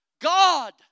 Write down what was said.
God